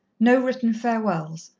no written farewells,